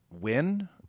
win